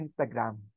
Instagram